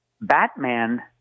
Batman